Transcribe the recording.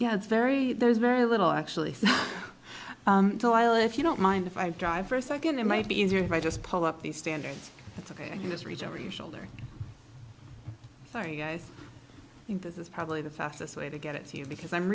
yeah it's very there's very little actually while if you don't mind if i drive first second it might be easier if i just pull up the standards that's ok you just reach over your shoulder sorry guys think this is probably the fastest way to get it to you because i'm